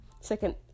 second